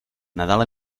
nadal